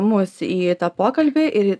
mus į tą pokalbį ir